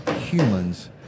humans